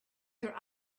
her